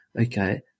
okay